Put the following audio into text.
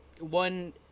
one